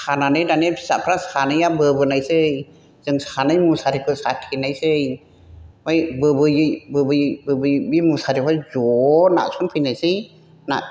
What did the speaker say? खानानै दाने फिसाफ्रा सानैया बोबोनायसै जों सानै मुसारिखौ साथेनायसै ओफाय बोबोयै बोबोयै बोबोयै मुसारियावहाय ज' नारसनफैनायसै